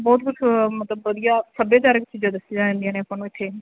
ਬਹੁਤ ਕੁਛ ਮਤਲਬ ਵਧੀਆ ਸੱਭਿਆਚਾਰਕ ਚੀਜ਼ਾਂ ਦੱਸੀਆਂ ਜਾਂਦੀਆਂ ਨੇ ਆਪਾਂ ਨੂੰ ਇੱਥੇ